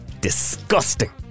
Disgusting